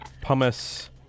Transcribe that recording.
Pumice